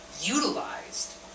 utilized